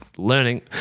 learning